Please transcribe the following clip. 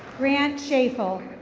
grant schaful.